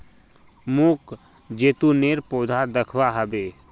मोक जैतूनेर पौधा दखवा ह बे